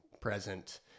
present